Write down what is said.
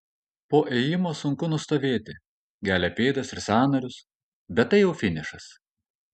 po ėjimo sunku nustovėti gelia pėdas ir sąnarius bet tai jau finišas